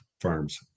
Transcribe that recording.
farms